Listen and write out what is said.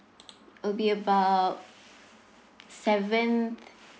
will be about seven